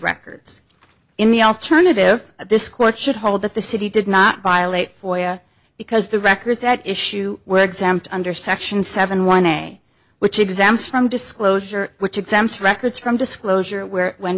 records in the alternative this court should hold that the city did not violate because the records at issue were exempt under section seven one day which exams from disclosure which exempt records from disclosure where when